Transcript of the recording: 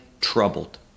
troubled